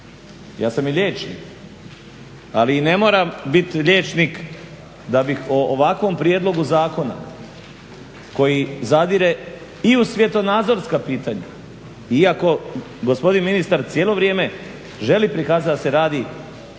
Ja sam i liječnik, ali i ne moram biti liječnik da bih o ovakvom prijedlogu zakona koji zadire i u svjetonazorska pitanja iako gospodin ministar cijelo vrijeme želi prikazati da se radi